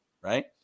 Right